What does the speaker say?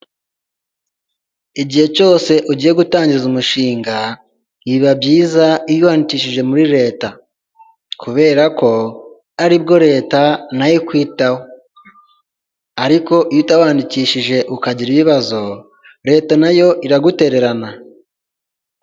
Igihe cyose ugiye gutangiza umushinga biba byiza iyo uwandikishije muri leta, kubera ko ari bwo leta na yo ikwitaho ariko iyo utiyandikishije ukagira ibibazo leta nayo iragutererana.